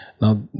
Now